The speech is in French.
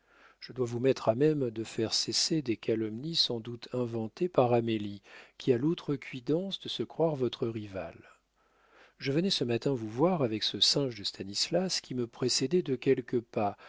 je dois vous mettre à même de faire cesser des calomnies sans doute inventées par amélie qui a l'outrecuidance de se croire votre rivale je venais ce matin vous voir avec ce singe de stanislas qui me précédait de quelques pas